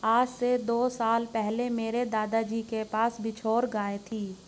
आज से दो साल पहले मेरे दादाजी के पास बछौर गाय थी